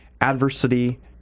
adversity